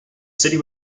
city